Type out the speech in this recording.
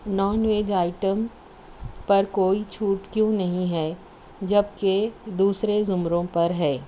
naan veg item پر کوئی چھوٹ کیوں نہیں ہے جب کہ دوسرے زمروں پر ہے